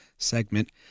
segment